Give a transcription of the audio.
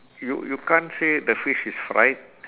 you you can't say the fish is fried